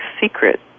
secret